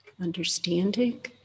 Understanding